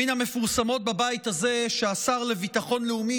מן המפורסמות בבית הזה שהשר לביטחון לאומי